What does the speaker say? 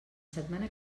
setmana